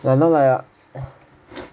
but now like ah